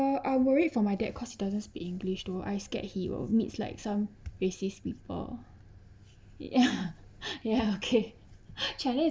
uh I worried for my dad because he doesn't speak english though I scared he will meet like some racist people ya ya okay challenge